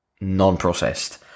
non-processed